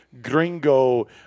gringo